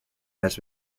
has